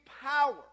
power